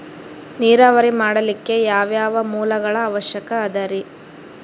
ನೇರಾವರಿ ಮಾಡಲಿಕ್ಕೆ ಯಾವ್ಯಾವ ಮೂಲಗಳ ಅವಶ್ಯಕ ಅದರಿ?